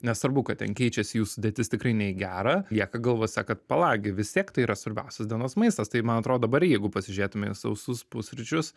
nesvarbu kad ten keičiasi jų sudėtis tikrai ne į gerą lieka galvose kad pala gi vis tiek tai yra svarbiausias dienos maistas tai man atrodo dabar jeigu pasižiūrėtume į sausus pusryčius